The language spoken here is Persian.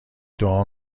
دعا